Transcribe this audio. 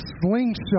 slingshot